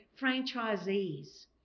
franchisees